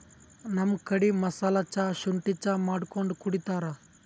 ನಮ್ ಕಡಿ ಮಸಾಲಾ ಚಾ, ಶುಂಠಿ ಚಾ ಮಾಡ್ಕೊಂಡ್ ಕುಡಿತಾರ್